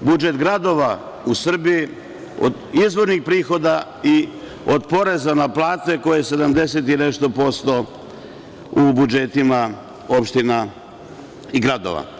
budžet gradova u Srbiji od izvornih prihoda i od poreza na plate, koje je 70% i nešto u budžetima opština i gradova.